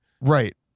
Right